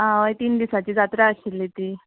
आ हय तीन दिसांची जात्रा आशिल्ली ती